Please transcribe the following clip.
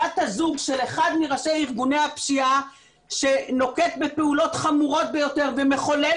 בת הזוג של אחד מראשי ארגוני הפשיעה שנוקט בפעולות חמורות ביותר ומחולל